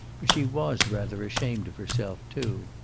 but she was rather ashamed of herself, too.